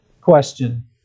question